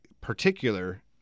particular